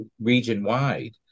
region-wide